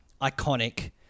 iconic